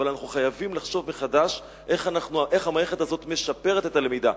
אבל אנחנו חייבים לחשוב מחדש איך המערכת הזאת משפרת את הלמידה,